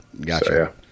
Gotcha